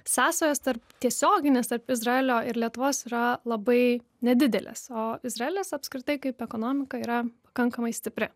sąsajos tarp tiesioginės tarp izraelio ir lietuvos yra labai nedidelės o izraelis apskritai kaip ekonomika yra pakankamai stipri